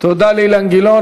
תודה לאילן גילאון.